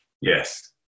Yes